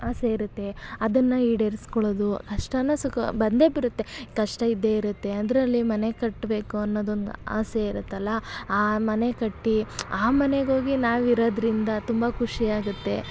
ಆಸೆ ಇರುತ್ತೆ ಅದನ್ನು ಈಡೇರ್ಸ್ಕೊಳ್ಳೋದು ಕಷ್ಟವೋ ಸುಖ ಬಂದೇ ಬರುತ್ತೆ ಕಷ್ಟ ಇದ್ದೇ ಇರುತ್ತೆ ಅದರಲ್ಲಿ ಮನೆ ಕಟ್ಟಬೇಕು ಅನ್ನೋದೊಂದು ಆಸೆ ಇರುತ್ತಲ್ಲ ಆ ಮನೆ ಕಟ್ಟಿ ಆ ಮನೆಗೆ ಹೋಗಿ ನಾವು ಇರೋದ್ರಿಂದ ತುಂಬ ಖುಷಿ ಆಗುತ್ತೆ